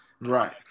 Right